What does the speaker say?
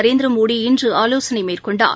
நரேந்திர மோடி இன்று ஆலோசனை மேற்கொண்டார்